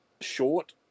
short